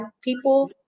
people